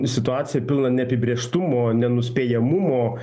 situaciją pilną neapibrėžtumo nenuspėjamumo